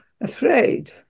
afraid